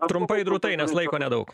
trumpai drūtai nes laiko nedaug